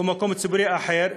או מקום ציבורי אחר,